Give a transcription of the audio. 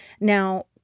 Now